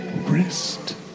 rest